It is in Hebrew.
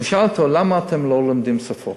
הוא שאל אותו: למה אתם לא לומדים שפות?